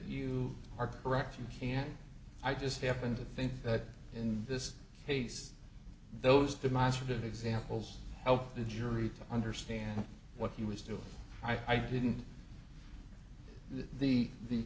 you are correct and i just happen to think that in this case those demonstrative examples help the jury to understand what he was doing i didn't the the